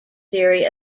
theory